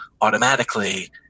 automatically